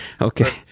Okay